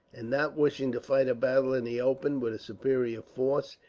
and not wishing to fight a battle in the open, with a superior force,